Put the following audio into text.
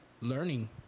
learning